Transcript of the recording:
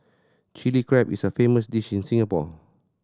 Chilli Crab is a famous dish in Singapore